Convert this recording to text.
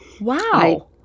Wow